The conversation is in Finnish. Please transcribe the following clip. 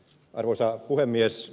arvoisa puhemies